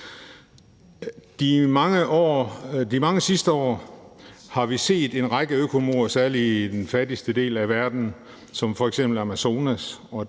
De seneste mange år har vi set en række økomord, særlig i den fattigste del af verden, som f.eks. Amazonas,